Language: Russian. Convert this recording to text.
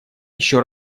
еще